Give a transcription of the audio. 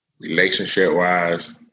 Relationship-wise